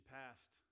passed